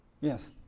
Yes